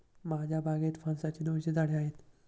माझ्या बागेत फणसाची दोनशे झाडे आहेत